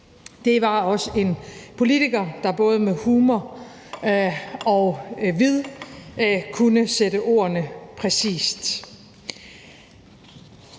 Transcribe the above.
Det var også en politiker, der både med humor og vid kunne sætte ordene præcist.